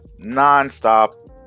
nonstop